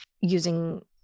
using